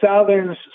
southern